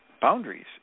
boundaries